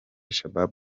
shabab